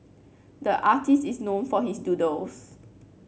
the artist is known for his doodles